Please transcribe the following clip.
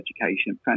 education